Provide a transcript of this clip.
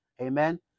Amen